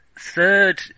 third